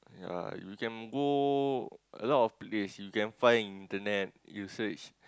ya you can go a lot of place you can find in internet you search